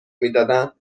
میدادن